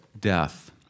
death